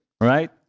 right